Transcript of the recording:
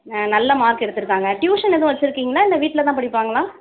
ஆ நல்ல மார்க் எடுத்திருக்காங்க டியூஷன் எதுவும் வச்சுருக்கீங்களா இல்லை வீட்டில் தான் படிப்பாங்களா